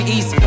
East